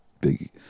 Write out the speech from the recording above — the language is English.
big